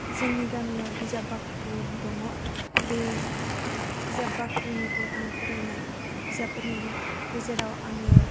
जोंनि गामियाव बिजाब बाख्रि दङ बे बिजाब बाख्रिनिफ्राय आं फरायनाय बिजाबफोरनि गेजेराव आङो